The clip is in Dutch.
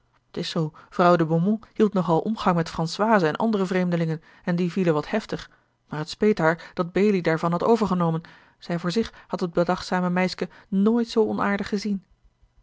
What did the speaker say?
t is zoo vrouwe de beaumont hield nogal omgang met françoisen en andere vreemdelingen en die vielen wat heftig maar het speet haar dat belie daarvan had overgenomen zij voor zich had het bedachtzame meiske nooit z onaardig gezien